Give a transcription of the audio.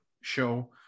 show